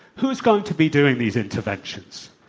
who is going to be doing these interventions?